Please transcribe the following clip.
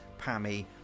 Pammy